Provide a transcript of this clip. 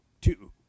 two